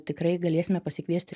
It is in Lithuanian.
tikrai galėsime pasikviesti